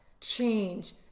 change